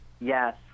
yes